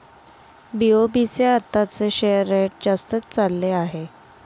BOB चे आताचे share rate जास्तच चालले आहे